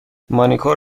مانیکور